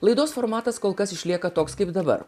laidos formatas kol kas išlieka toks kaip dabar